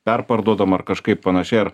perparduodam ar kažkaip panašiai ar